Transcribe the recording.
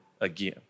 again